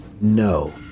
No